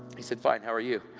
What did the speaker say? he said, fine, how are you?